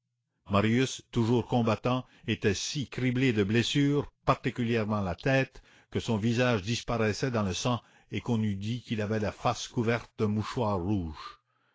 marius toujours combattant était si criblé de blessures particulièrement à la tête que son visage disparaissait dans le sang et qu'on eût dit qu'il avait la face couverte d'un mouchoir rouge